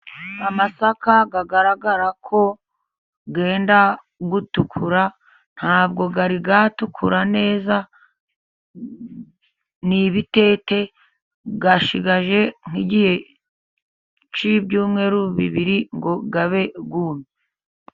Amasaka agaragara ko yenda gutukura. Nta bwo yari yatukura neza, ni ibitete. Asigaje nk'igihe cy'ibyumweru bibiri ngo abe yumye.